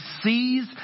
sees